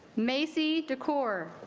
may see the core